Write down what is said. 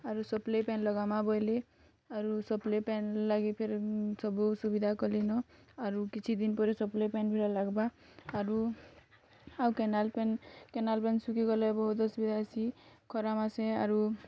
ଆରୁ ସପ୍ଲାଏ ପାଏନ୍ ଲଗାମା ବୋଇଲେ ଆରୁ ସପ୍ଲାଏ ପାଏନ୍ ଲାଗିକରି ସବୁ ସୁବିଧା କଲେନ ଆରୁ କିଛିଦିନ୍ ପରେ ସପ୍ଳାଏ ପାନି ଲାଗ୍ବା ଆରୁ ଆଉ କେନାଲ୍ ପାଏନ୍ କେନାଲ୍ ପାଏନ୍ ଶୁଖିଗଲେ ବହୁତ୍ ଅସୁବିଧା ହେସି ଖରା ମାସେ ଆରୁ